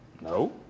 No